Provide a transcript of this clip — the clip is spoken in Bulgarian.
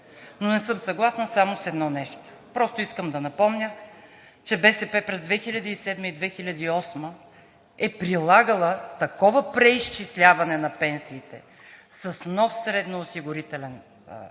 Но не съм съгласна само с едно нещо. Просто искам да напомня, че БСП през 2007 г. и 2008 г. е прилагала такова преизчисляване на пенсиите с нов средноосигурителен доход,